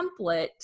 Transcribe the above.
template